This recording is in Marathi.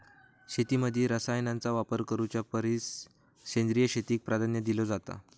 शेतीमध्ये रसायनांचा वापर करुच्या परिस सेंद्रिय शेतीक प्राधान्य दिलो जाता